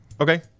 Okay